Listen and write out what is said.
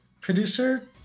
producer